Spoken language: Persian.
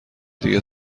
دیگه